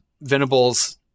Venables